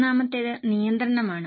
മൂന്നാമത്തേത് നിയന്ത്രണമാണ്